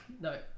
no